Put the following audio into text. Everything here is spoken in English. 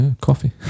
Coffee